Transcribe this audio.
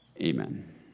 amen